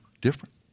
different